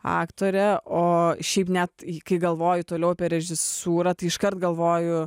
aktorė o šiaip net kai galvoju toliau apie režisūrą tai iškart galvoju